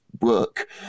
work